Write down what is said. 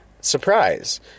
surprise